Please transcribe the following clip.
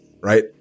Right